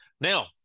Now